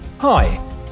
Hi